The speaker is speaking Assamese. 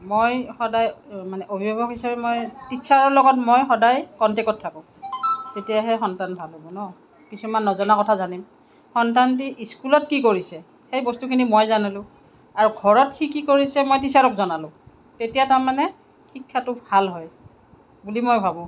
আৰু মই সদায় মানে অভিভাৱক হিচাপে মই টিচাৰৰ লগত মই সদায় কনটেক্টত থাকোঁ তেতিয়াহে সন্তান ভাল হ'ব ন' কিছুমান নজনা কথা জানিম সন্তানটি স্কুলত কি কৰিছে সেই বস্তুখিনি মই জানিলোঁ আৰু ঘৰত সি কি কৰিছে মই টিচাৰক জনালোঁ তেতিয়া তাৰ মানে শিক্ষাটো ভাল হয় বুলি মই ভাবোঁ